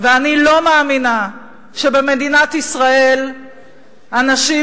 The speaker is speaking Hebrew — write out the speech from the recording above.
ואני לא מאמינה שבמדינת ישראל אנשים,